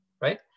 right